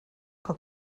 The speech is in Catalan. que